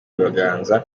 ibiganza